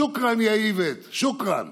שוכרן, יא איווט, שוכרן.